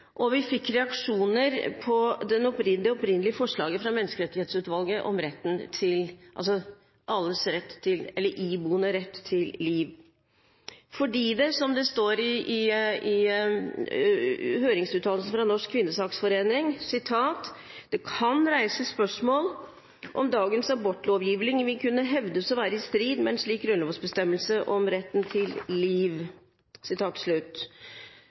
og vi fikk reaksjoner på det opprinnelige forslaget fra Menneskerettighetsutvalget om alles «iboende Ret til Liv», fordi det, som det står i høringsuttalelsen fra Norsk Kvinnesaksforening, kan reises spørsmål om dagens abortlovgivning vil kunne hevdes å være i strid med en slik grunnlovsbestemmelse om retten til liv.